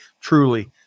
truly